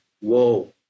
Whoa